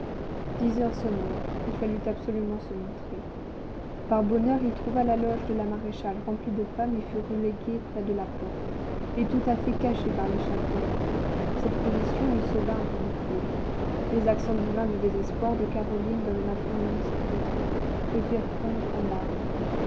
dix heures sonnèrent il fallut absolument se montrer par bonheur il trouva la loge de la maréchale remplie de femmes et fut relégué près de la porte et tout à fait caché par les chapeaux cette position lui sauva un ridicule les accents divins du désespoir de caroline dans le matrimonio segreto le firent fondre en larmes